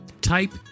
Type